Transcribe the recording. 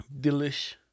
delish